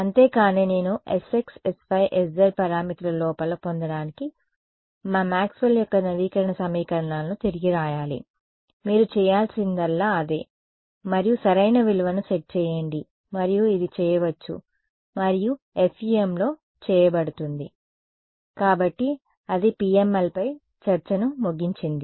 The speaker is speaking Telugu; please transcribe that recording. అంతే కానీ నేను sx sy sz పారామితులు లోపల పొందడానికి నా మాక్స్వెల్ యొక్క నవీకరణ సమీకరణాలను తిరిగి వ్రాయాలి మీరు చేయాల్సిందల్లా అదే మరియు సరైన విలువను సెట్ చేయండి మరియు ఇది చేయవచ్చు మరియు FEM లో చేయబడుతుంది